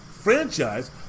franchise